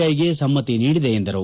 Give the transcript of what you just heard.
I ಗೆ ಸಮ್ನತಿ ನೀಡಿದೆ ಎಂದರು